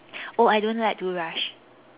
oh I don't like to rush